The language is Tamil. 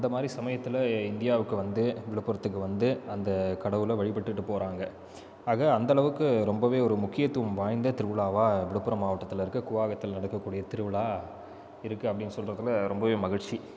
அந்த மாதிரி சமயத்தில் இந்தியாவுக்கு வந்து விழுப்புரத்துக்கு வந்து அந்தக் கடவுளை வழிபட்டுட்டுப் போகிறாங்க ஆக அந்த அளவுக்கு ரொம்பவே ஒரு முக்கியத்துவம் வாய்ந்த திருவிழாவாக விழுப்புரம் மாவட்டத்தில இருக்க கூவாகத்தில் நடக்கக்கூடிய திருவிழா இருக்குது அப்படின்னு சொல்றதில் ரொம்பவே மகிழ்ச்சி